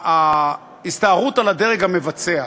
ההסתערות על הדרג המבצע,